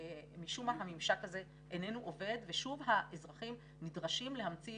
משום מה הממשק הזה איננו עובד ושוב האזרחים נדרשים להמציא